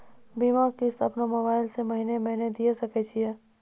बीमा किस्त अपनो मोबाइल से महीने महीने दिए सकय छियै?